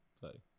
Sorry